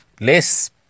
less